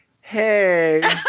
hey